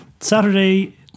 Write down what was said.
Saturday